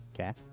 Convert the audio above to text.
Okay